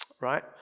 right